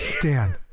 Dan